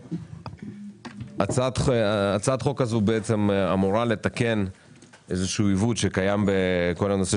הצעת החוק הזו אמורה לתקן איזשהו עיוות שקיים בכל הנושא